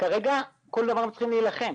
כרגע כל דבר הם צריכים להילחם.